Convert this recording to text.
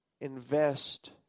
invest